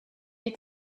est